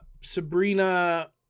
sabrina